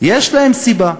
יש להם סיבה,